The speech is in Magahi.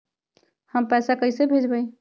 हम पैसा कईसे भेजबई?